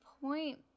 point